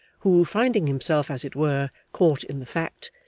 who finding himself as it were, caught in the fact,